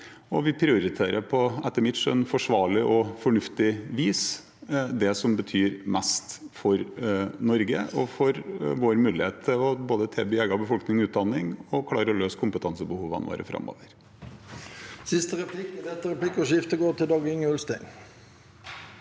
prioriterer vi på forsvarlig og fornuftig vis det som betyr mest for Norge og for vår mulighet til både å tilby egen befolkning utdanning og å klare å løse kompetansebehovene våre framover.